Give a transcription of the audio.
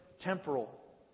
temporal